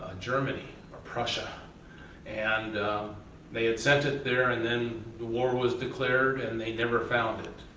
ah germany ah prussia and they had sent it there, and then the war was declared and they never found it.